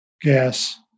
gas